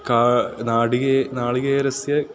का नारिकेलस्य नारिकेलस्य